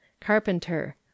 Carpenter